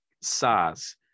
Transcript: size